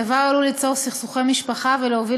הדבר עלול ליצור סכסוכי משפחה ולהוביל